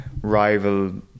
rival